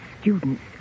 students